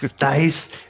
Nice